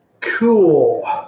Cool